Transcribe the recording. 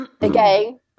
Again